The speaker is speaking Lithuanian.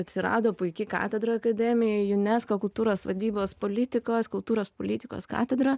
atsirado puiki katedra akademija unesco kultūros vadybos politikos kultūros politikos katedra